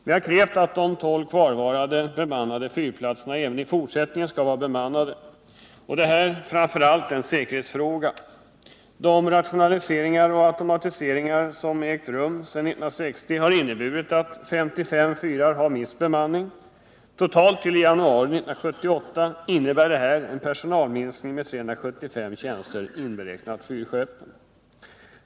Vi har krävt att de 12 kvarvarande bemannade fyrplatserna även i fortsättningen skall vara bemannade. Det är framför allt en säkerhetsfråga. De rationaliseringar och automatiseringar som ägt rum sedan 1960 har inneburit att 55 fyrar har mist sin bemanning. Totalt innebär detta fram till januari 1978 en personalminskning med 375 tjänster, inberäknat fyrskeppen.